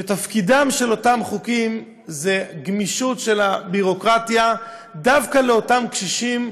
שתפקידם חוקים זו גמישות של הביורוקרטיה דווקא לאותם קשישים,